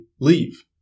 leave